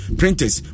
printers